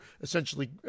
essentially